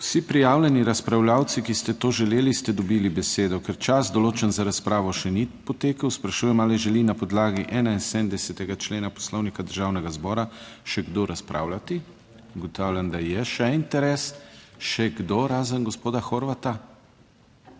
Vsi prijavljeni razpravljavci, ki ste to želeli, ste dobili besedo. Ker čas določen za razpravo še ni potekel, sprašujem ali želi na podlagi 71. člena Poslovnika Državnega zbora še kdo razpravljati? Ugotavljam, da je še interes. Še kdo, razen gospoda Horvata?